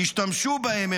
תשתמשו בהם,